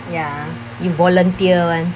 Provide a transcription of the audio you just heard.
ya you volunteer [one]